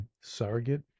surrogate